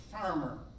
farmer